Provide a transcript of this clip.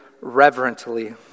reverently